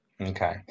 okay